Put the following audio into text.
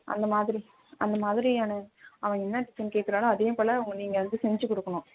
அந்தமாதிரி அந்தமாதிரியான அவள் என்ன டிசைன் கேக்கிறாளோ அதேபோல் நீங்கள் வந்து செஞ்சு கொடுக்குணும்